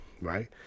right